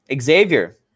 Xavier